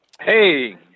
Hey